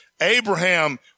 Abraham